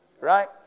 right